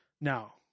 Now